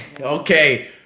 okay